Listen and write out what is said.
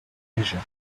treasure